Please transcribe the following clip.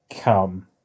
come